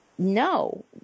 No